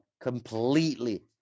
completely